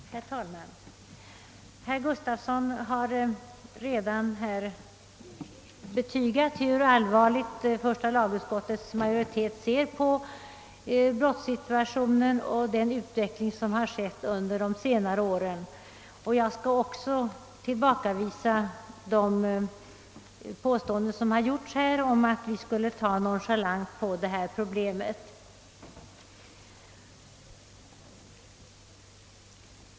Herr talman! Herr Gustafsson i Borås har redan betygat hur allvarligt första lagutskottets majoritet ser på brottssituationens utveckling under de senare åren. Jag skall också tillbakavisa de påståenden som har gjorts här om att vi skulle ta nonchalant på detta problem.